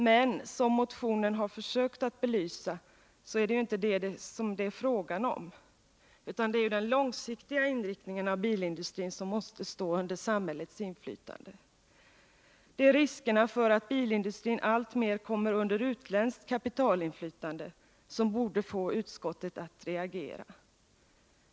Men — som motionen försökt belysa — det är ju inte det som det är fråga om. Det är ju den långsiktiga inriktningen av bilindustrin som måste stå under samhällets inflytande. Det är riskerna för att bilindustrin alltmer kommer under utländskt kapitalinflytande som borde få utskottet att reagera.